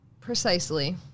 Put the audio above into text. Precisely